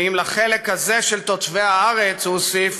ואם לחלק הזה של תושבי הארץ" הוא הוסיף,